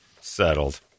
Settled